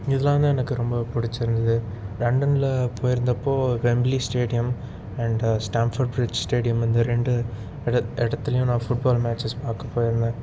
இதெலாந்தான் எனக்கு ரொம்ப பிடிச்சி இருந்தது லண்டனில் போயிருந்தபோ Wembley stadium and Stamford Bridge stadium இந்த ரெண்டு இடத் இடத்துலையும் நான் ஃபுட்பால் மேட்சஸ் பார்க்க போயிருந்தேன்